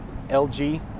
LG